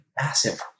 massive